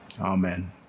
Amen